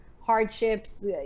hardships